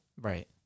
right